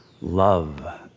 love